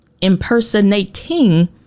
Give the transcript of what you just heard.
impersonating